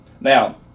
Now